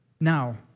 Now